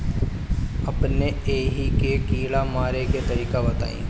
अपने एहिहा के कीड़ा मारे के तरीका बताई?